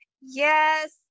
Yes